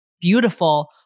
beautiful